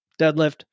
deadlift